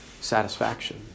satisfaction